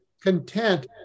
content